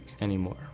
anymore